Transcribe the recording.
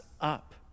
up